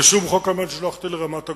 ושום חוק על מנת לשלוח אותי לרמת-הגולן.